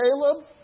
Caleb